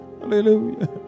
Hallelujah